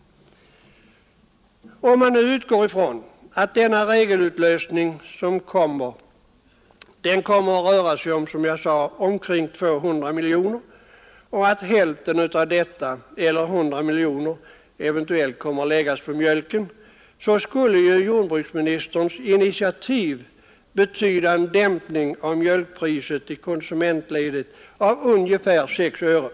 Om man utgår ifrån att denna regelutlösning kommer att röra sig om ca 200 miljoner kronor och att hälften därav, dvs. 100 miljoner kronor, kommer att läggas på mjölken, skulle jordbruksministerns initiativ betyda en dämpning av mjölkpriset i konsumentledet med ungefär 6 öre.